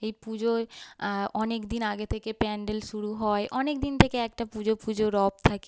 এই পুজোয় অনেক দিন আগে থেকে প্যান্ডেল শুরু হয় অনেক দিন থেকে একটা পুজো পুজো রব থাকে